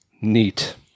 Neat